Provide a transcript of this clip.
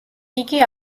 იგი